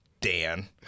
Dan